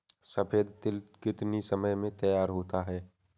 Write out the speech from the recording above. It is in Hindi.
सफेद तिल कितनी समय में तैयार होता जाता है?